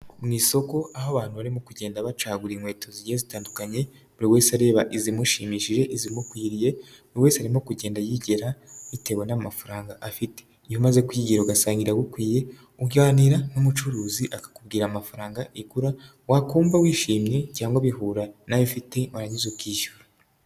Mu isoko aho abantu barimo kugenda bacagura inkweto zigiye zitandukanye, buri wese areba izimushimishije, izimukwiriye, buri wese arimo kugenda yigera bitewe n'amafaranga afite. Iyo umaze kwigira ugasanga iragukwiye uganira n'umucuruzi akakubwira amafaranga igura, wakumva wishimye cyangwa bihura nayo ufite warangiza ukishyura.